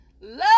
love